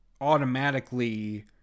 automatically